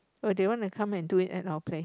oh they want to come and do it our place